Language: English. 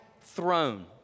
throne